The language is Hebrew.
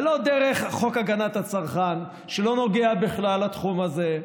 ולא דרך חוק הגנת הצרכן, שלא נוגע בכלל לתחום הזה.